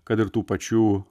kad ir tų pačių